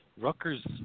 Rutgers